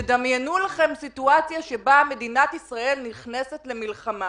תדמיינו לכם סיטואציה שמדינת ישראל נכנסת למלחמה